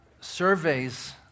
surveys